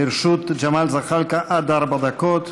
לרשות ג'מאל זחאלקה עד ארבע דקות.